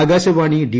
Akashvani D